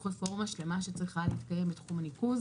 רפורמה שלימה צריכה להתקיים בתחום הניקוז